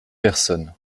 personne